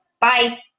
Bye